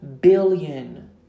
billion